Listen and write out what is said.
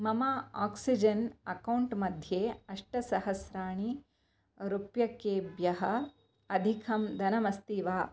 मम oxygen account मध्ये अष्टसहस्राणिरूप्यकेभ्यः अधिकं धनमस्ति वा